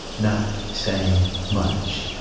not saying much,